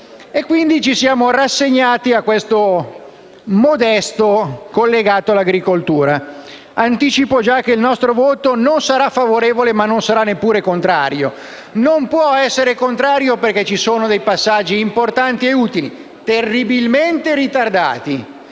Quindi ci siamo rassegnati a questo modesto collegato all'agricoltura. Anticipo già che il nostro voto non sarà favorevole, ma non sarà neppure contrario. Non può essere contrario perché ci sono passaggi importanti e utili, seppure in un ritardo